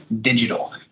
digital